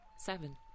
seven